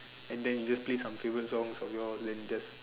and then you just play some favourite songs of yours then just